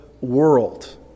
world